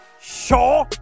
Shaw